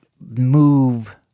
move